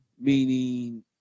meaning